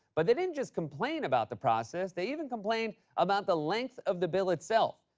but they didn't just complain about the process. they even complained about the length of the bill itself.